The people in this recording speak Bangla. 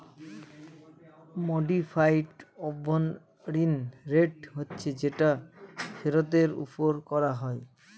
মডিফাইড অভ্যন্তরীন রেট হচ্ছে যেটা ফেরতের ওপর করা হয়